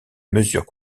mesures